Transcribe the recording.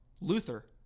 Luther